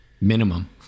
minimum